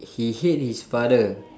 he hate his father